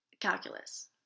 calculus